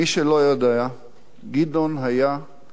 גדעון היה ארבע פעמים אלוף פיקוד.